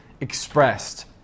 expressed